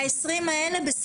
ה-20 האלה, בסדר.